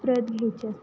प्रत घ्यायची असते